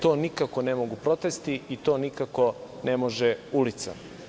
To nikako ne mogu protesti i to nikako ne može ulica.